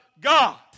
God